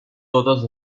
totes